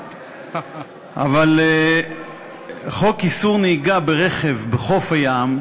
אבל חוק איסור נהיגה ברכב בחוף הים,